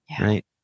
right